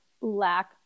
lack